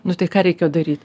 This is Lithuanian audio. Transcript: nu tai ką reikėjo daryt